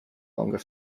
longer